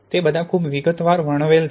તે બધા ખૂબ વિગતવાર વર્ણવેલ છે